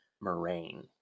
Moraine